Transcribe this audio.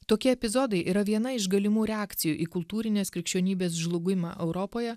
tokie epizodai yra viena iš galimų reakcijų į kultūrinės krikščionybės žlugimą europoje